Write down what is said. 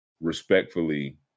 respectfully